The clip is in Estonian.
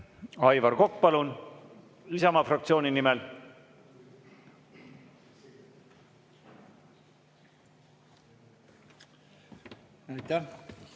Aivar Kokk, palun, Isamaa fraktsiooni nimel!